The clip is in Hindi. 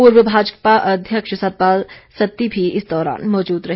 पूर्व भाजपा अध्यक्ष सतपाल सत्ती भी इस दौरान मौजूद रहे